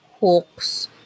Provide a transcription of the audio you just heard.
hooks